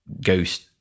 ghost